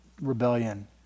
rebellion